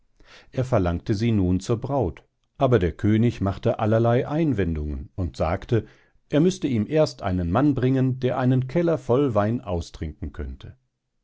er verlangte sie nun zur braut aber der könig machte allerlei einwendungen und sagte er müßte ihm erst einen mann bringen der einen keller voll wein austrinken könnte